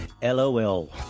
LOL